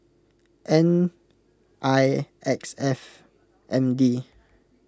N I X F M D